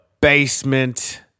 basement